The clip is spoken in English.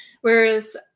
Whereas